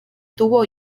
tuvo